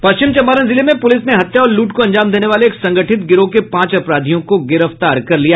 पश्चिम चंपारण जिले में पुलिस ने हत्या और लूट को अंजाम देने वाले एक संगठित गिरोह के पांच अपराधियों को गिरफ्तार कर लिया